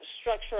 structure